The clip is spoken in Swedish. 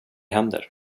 händer